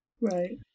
Right